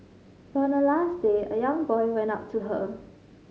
but on the last day a young boy went up to her